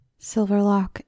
Silverlock